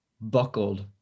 buckled